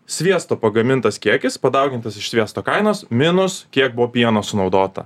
sviesto pagamintas kiekis padaugintas iš sviesto kainos minus kiek buvo pieno sunaudota